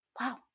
Wow